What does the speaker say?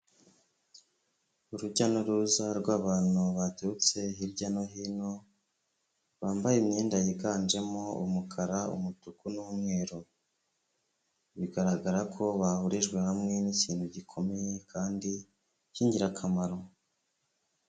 Urujya n'uruza rw'abantu baturutse hirya no hino bambaye imyenda yiganjemo umukara, umutuku n'umweru, bigaragara ko bahurijwe hamwe n'ikintu gikomeye kandi cy'ingirakamaro.